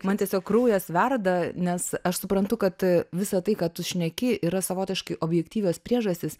man tiesiog kraujas verda nes aš suprantu kad visa tai ką tu šneki yra savotiškai objektyvios priežastys